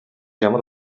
ямар